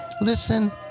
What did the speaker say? listen